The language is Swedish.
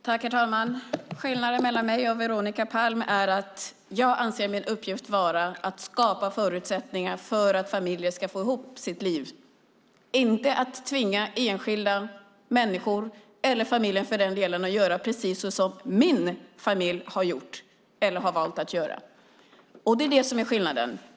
Herr talman! Skillnaden mellan mig och Veronica Palm är att jag anser min uppgift vara att skapa förutsättningar för att familjer ska få ihop sina liv, inte att tvinga enskilda människor eller familjer att göra precis som min familj har valt att göra. Det är det som är skillnaden.